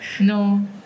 No